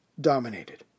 dominated